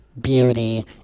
beauty